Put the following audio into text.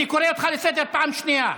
אני קורא אותך לסדר פעם שנייה.